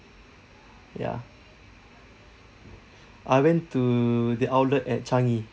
ya I went to the outlet at changi